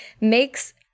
makes